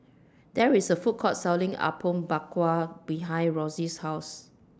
There IS A Food Court Selling Apom Berkuah behind Roxie's House